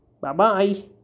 bye-bye